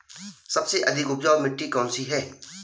सबसे अधिक उपजाऊ मिट्टी कौन सी है?